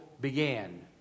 began